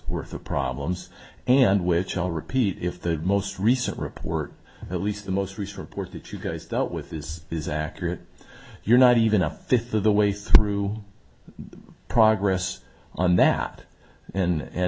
worth of problems and which all repeat if the most recent report at least the most recent report that you guys dealt with this is accurate you're not even a fifth of the way through progress on that and